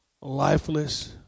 lifeless